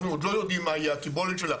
אנחנו עוד לא יודעים מה תהיה הקיבולת שלה,